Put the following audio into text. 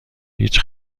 هیچ